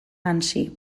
hansi